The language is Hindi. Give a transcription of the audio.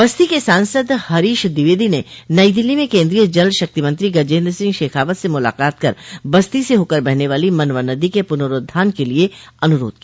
बस्ती के सांसद हरीश द्विवेदी ने नई दिल्ली में केन्द्रीय जल शक्ति मंत्री गजेन्द्र सिंह शेखावत से मुलाकात कर बस्ती से होकर बहने वाली मनवर नदी के पुनरोद्वार के लिए अनुरोध किया